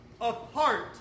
apart